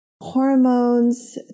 hormones